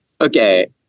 okay